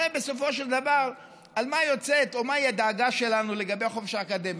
הרי בסופו של דבר מהי הדאגה שלנו לגבי החופש האקדמי?